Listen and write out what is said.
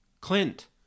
Clint